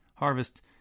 harvest